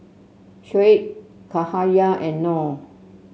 Shoaib Cahaya and Noh